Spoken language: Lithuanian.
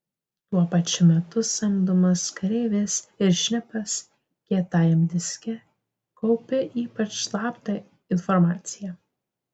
tuo pačiu metu samdomas kareivis ir šnipas kietajam diske kaupi ypač slaptą informaciją